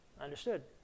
Understood